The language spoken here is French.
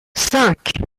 cinq